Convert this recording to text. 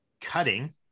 cutting